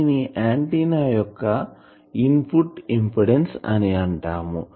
దీనిని ఆంటిన్నా యొక్క input impedance అని అంటాం